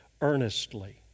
earnestly